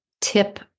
tip